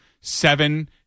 seven